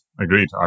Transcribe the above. Agreed